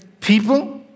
people